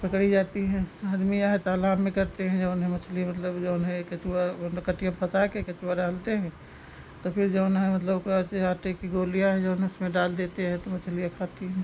पकड़ी जाती हैं आदमी यह तालाब में करते हैं जो है मछली मतलब जो है यह केंचुआ मतलब कटिया में फंसा कर केंचुआ डालते हैं तो फिर जो है मतलब ओका अते आटे की गोलियाँ हैं जो है उसमें डाल देते हैं तो मछलियाँ खाती हैं